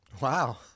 Wow